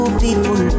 people